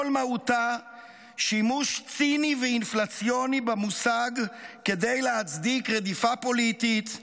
כל מהותה הוא שימוש ציני ואינפלציוני במושג כדי להצדיק רדיפה פוליטית,